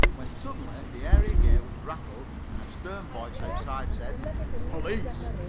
when suddenly the area-gate was rattled and a stern voice outside said police.